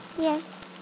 Yes